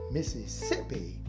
Mississippi